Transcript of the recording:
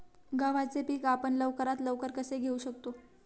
गव्हाचे पीक आपण लवकरात लवकर कसे घेऊ शकतो?